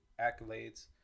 accolades